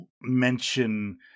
mention